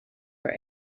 for